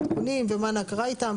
עדכונים ומה קרה איתם,